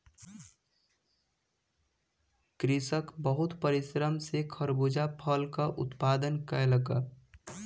कृषक बहुत परिश्रम सॅ खरबूजा फलक उत्पादन कयलक